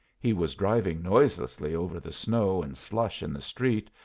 he was driving noiselessly over the snow and slush in the street,